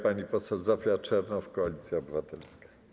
Pani poseł Zofia Czernow, Koalicja Obywatelska.